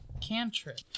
cantrip